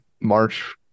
march